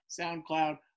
SoundCloud